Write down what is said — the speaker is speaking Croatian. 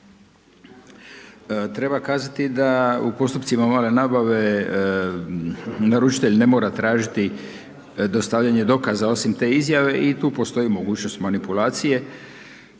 Treba kazati da u postupcima male nabave naručitelj ne mora tražiti dostavljanje dokaza osim te izjave i tu postoji mogućnost manipulacije.